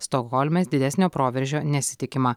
stokholme didesnio proveržio nesitikima